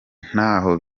ntaho